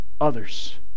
others